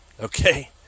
Okay